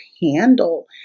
handle